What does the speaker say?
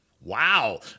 Wow